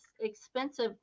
expensive